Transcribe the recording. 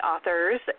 authors